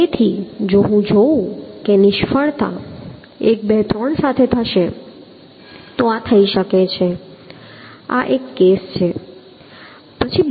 તેથી જો હું જોઉં કે નિષ્ફળતા 1 2 3 સાથે થશે તો થઈ શકે છે આ એક કેસ છે